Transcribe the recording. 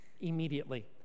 immediately